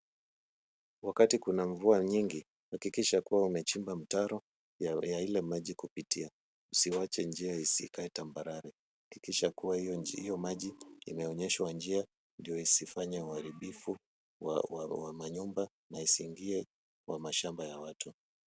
Wakati kuna mvua nyingi, hakikisha kuwa umechimba mtaro ya ile maji kupitia. Usiweke njia ikae tambarare. Hakiisha hiyo maji imeonyeshwa njia ndio isifanye uharibifu wa manyumba na isiingie kwa mashamba ya watu.